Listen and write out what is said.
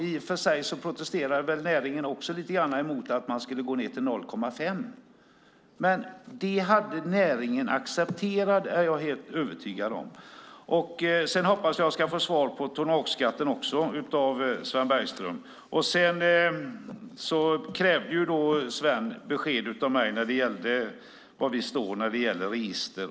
I och för sig protesterar väl näringen också lite grann om man skulle gå ned till 0,5 procent. Men det är jag ändå helt övertygad om att näringen skulle acceptera. Jag hoppas att jag ska få svar av Sven Bergström även när det gäller tonnageskatten. Sven krävde besked av mig om var vi står när det gäller register.